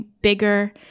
bigger